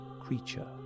creature